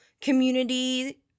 community